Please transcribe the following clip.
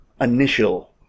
initial